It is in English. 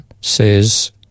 says